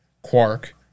quark